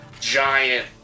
giant